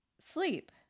sleep